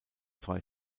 zwei